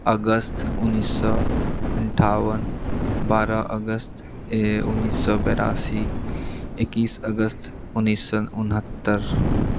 अगस्त उन्नैस सए अनठाओन बारह अगस्त उन्नैस सए बेरासी एकैस अगस्त उन्नैस सए उनहत्तर